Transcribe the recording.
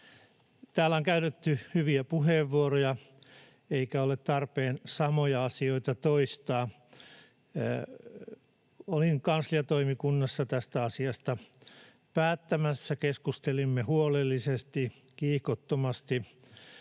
Täällä on käytetty hyviä puheenvuoroja, eikä ole tarpeen samoja asioita toistaa. Olin kansliatoimikunnassa tästä asiasta päättämässä. Keskustelimme huolellisesti, kiihkottomasti,